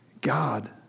God